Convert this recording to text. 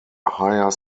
higher